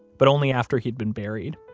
but only after he'd been buried.